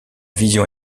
vision